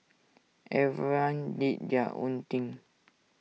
everyone did their own thing